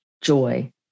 joy